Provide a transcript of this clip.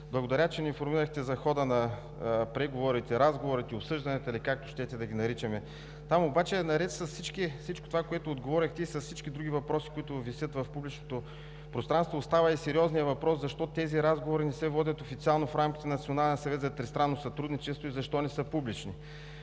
Благодаря, че ни информирахте за хода на преговорите, разговорите, обсъжданията ли, както щете да ги наричаме. Там обаче наред с всичко, което отговорихте, и с всички други въпроси, които висят в публичното пространство, остава и сериозният въпрос: защо тези разговори не се водят официално в рамките на Националния